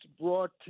brought